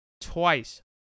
twice